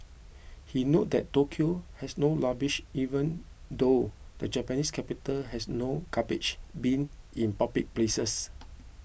he noted that Tokyo has no rubbish even though the Japanese capital has no garbage bin in public places